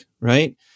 right